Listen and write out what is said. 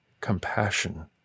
compassion